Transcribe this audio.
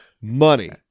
money